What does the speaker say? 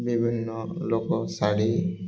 ବିଭିନ୍ନ ଲୋକ ଶାଢ଼ୀ